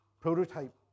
prototype